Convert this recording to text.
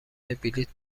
بلیت